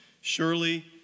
Surely